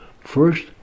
First